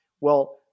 Well-